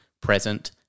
present